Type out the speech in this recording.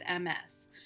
MS